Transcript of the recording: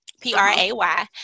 P-R-A-Y